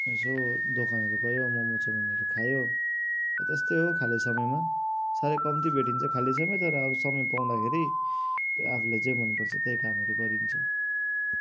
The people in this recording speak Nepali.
यसो दोकानहरू गयो मम चाउमिनहरू खायो त्यस्तै हो खाली समयमा साह्रै कम्ती भेटिन्छ खाली समय तर अब समय पाउँदाखेरि आफूलाई जे मन पर्छ त्यही कामहरू गरिन्छ